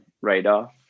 radar